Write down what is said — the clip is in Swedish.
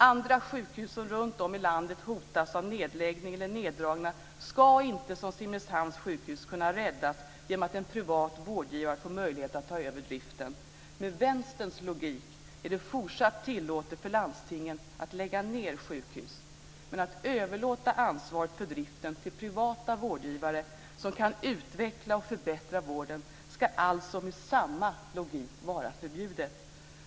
Andra sjukhus som runtom i landet hotas av nedläggning eller neddragningar ska inte, som Simrishamns sjukhus, kunna räddas genom att en privaat vårdgivare får möjlighet att ta över driften. Med vänsterns logik är det fortsatt tillåtet för landstingen att lägga ned sjukhus. Men att överlåta ansvaret för driften till privata vårdgivare som kan utveckla och förbättra vården ska alltså med samma logik vara förbjudet.